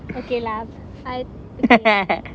okay lah I had three